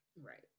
Right